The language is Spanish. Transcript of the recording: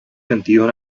sentidos